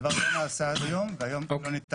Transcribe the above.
זה דבר ראשון שאני עדיין לא